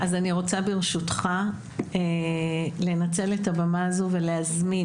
אז אני רוצה ברשותך לנצל את הבמה הזו ולהזמין,